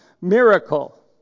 miracle